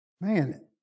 man